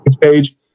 page